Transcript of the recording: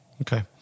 Okay